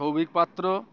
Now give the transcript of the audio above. Souvik Patra